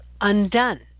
undone